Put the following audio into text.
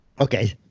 Okay